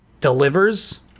delivers